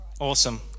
Awesome